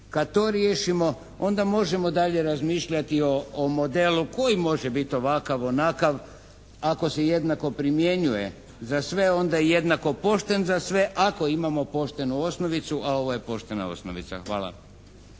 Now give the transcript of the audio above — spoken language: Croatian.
Kad to riješimo onda možemo dalje razmišljati o modelu koji može biti ovakav, onakav. Ako se jednako primjenjuje za sve onda je jednako pošten za sve, ako imamo poštenu osnovicu, a ovo je poštena osnovica. Hvala.